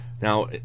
Now